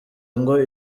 ngo